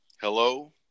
Hello